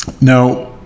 Now